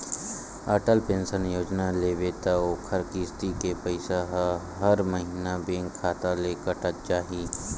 Atal pension Yojana लेबे त ओखर किस्ती के पइसा ह हर महिना बेंक खाता ले कटत जाही